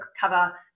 cover